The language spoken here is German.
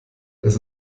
das